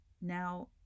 now